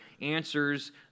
answers